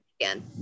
again